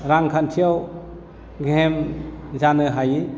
रांखान्थियाव गेहेम जानो हायो